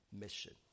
mission